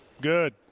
Good